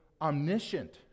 omniscient